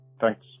thanks